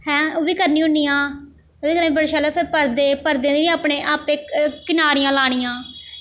हैं ओह् बी करनी होन्नी आं ते एह् जेह्ड़े बड़े शैल ऐ परदे परदे दे बी अपने आपै कनारियां लानियां